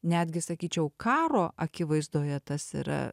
netgi sakyčiau karo akivaizdoje tas yra